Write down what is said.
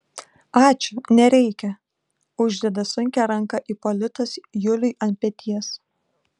ačiū nereikia uždeda sunkią ranką ipolitas juliui ant peties